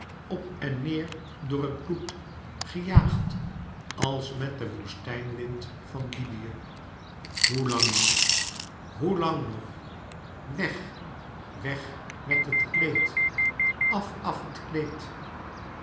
op en neêr door het bloed gejaagd als met den woestijnwind van libyë hoe làng nog hoe làng nog weg weg met het kleed àf àf het kleed